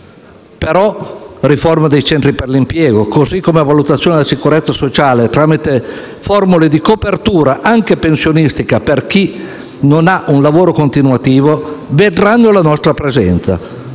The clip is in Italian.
la riforma dei centri per l'impiego, così come una valutazione della sicurezza sociale tramite formule di copertura anche pensionistica per chi non ha un lavoro continuativo vedranno la nostra presenza.